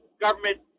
government